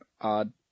odd